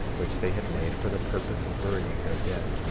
which they had made for the purpose of burying their dead.